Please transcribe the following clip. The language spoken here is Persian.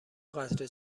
قطره